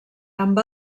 amb